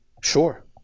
Sure